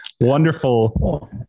wonderful